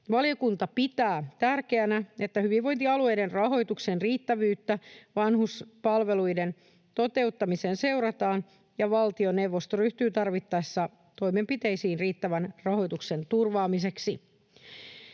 Valiokunta pitää tärkeänä, että hyvinvointialueiden rahoituksen riittävyyttä vanhuspalveluiden toteuttamiseen seurataan ja valtioneuvosto ryhtyy tarvittaessa toimenpiteisiin riittävän rahoituksen turvaamiseksi.